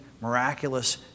miraculous